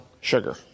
sugar